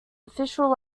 official